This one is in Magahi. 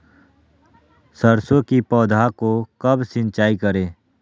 सरसों की पौधा को कब सिंचाई करे?